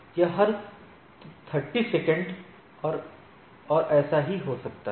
यह हर 30 सेकंड और ऐसा हो सकता है